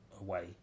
away